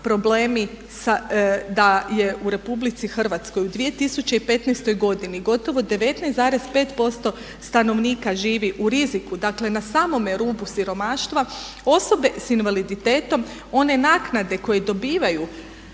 problemi da je u RH u 2015. godini gotovo 19,5% stanovnika živi u riziku, dakle na samome rubu siromaštva, osobe s invaliditetom one naknade koje dobivaju